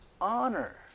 honor